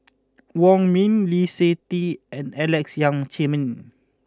Wong Ming Lee Seng Tee and Alex Yam Ziming